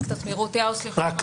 סנ"צ רותי האוסליך, ראש מדור